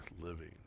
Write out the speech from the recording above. living